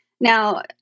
Now